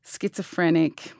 schizophrenic